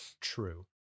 True